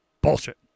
Bullshit